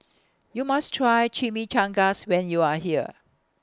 YOU must Try Chimichangas when YOU Are here